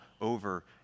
over